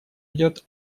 идет